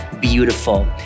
beautiful